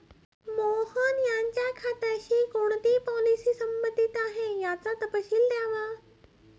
मोहन यांच्या खात्याशी कोणती पॉलिसी संबंधित आहे, याचा तपशील द्यावा